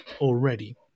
already